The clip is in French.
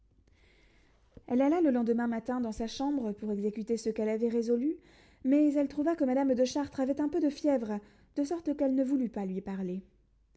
elle alla le lendemain matin dans sa chambre pour exécuter ce qu'elle avait résolu mais elle trouva que madame de chartres avait un peu de fièvre de sorte qu'elle ne voulut pas lui parler